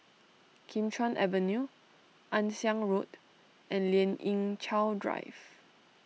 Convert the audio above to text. Kim Chuan Avenue Ann Siang Road and Lien Ying Chow Drive